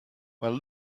when